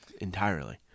entirely